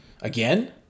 again